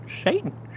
Satan